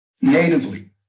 natively